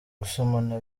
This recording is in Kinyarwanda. gusomana